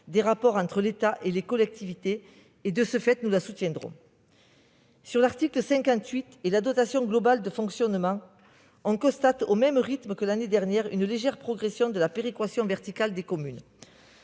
des rapports entre l'État et les collectivités ; de ce fait, nous la soutiendrons. Sur l'article 58 et la dotation globale de fonctionnement (DGF), nous constatons, au même rythme que l'année dernière, une légère progression de la péréquation verticale des communes.